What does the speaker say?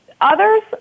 Others